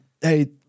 hey